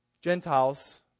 Gentiles